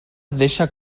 deixa